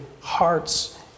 hearts